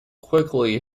quickly